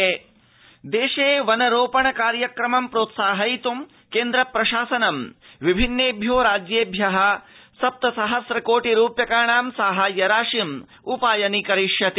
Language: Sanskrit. वनरोपणाभियानम जावडेकरः देशे वनरोपण कार्यक्रमं प्रोत्साहयित् केन्द्रप्रशासनं विभन्नेभ्यो राज्येभ्यः सप्तसहस्रकोटि रूप्यकाणां सहाय्य राशिम् उपायनी करिष्यति